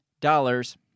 dollars